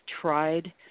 tried